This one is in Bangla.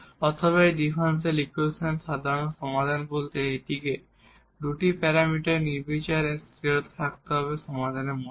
অথবা এই ডিফারেনশিয়াল ইকুয়েশনের সাধারণ সমাধান বলতে এটিকে দুটি প্যারামিটারের আরবিটারি কনস্টান্ট থাকতে হবে সমাধানের মধ্যে